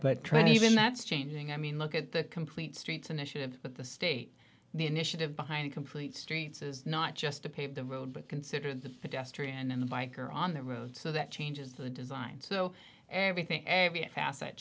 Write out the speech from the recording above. train even that's changing i mean look at the complete streets initiative but the state the initiative behind complete streets is not just to pave the road but consider the fidesz tree and the bike or on the road so that changes the design so everything every facet